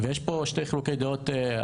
ויש פה חילוקי דעות.